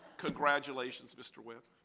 congratulations mr. webb.